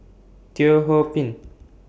Teo Ho Pin